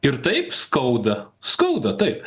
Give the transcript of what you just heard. ir taip skauda skauda taip